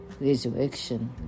resurrection